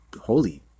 holy